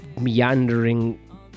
meandering